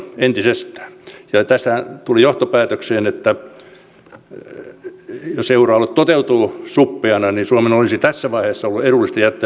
ja tässähän tultiin johtopäätökseen että jos euroalue toteutuu suppeana niin suomen olisi tässä vaiheessa edullista jättäytyä ulkopuolelle